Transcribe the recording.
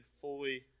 fully